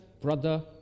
brother